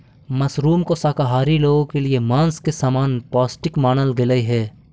mushroom को शाकाहारी लोगों के लिए मांस के समान पौष्टिक मानल गेलई हे